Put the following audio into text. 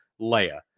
Leia